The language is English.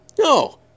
No